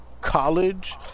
college